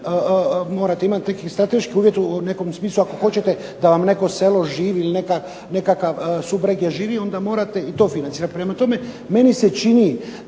morate imate neki strateški uvjet u nekom smislu ako hoćete da vam neko selo živi ili nekakva subregija živi onda morate i to financirati. Prema tome, meni se čini